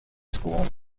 school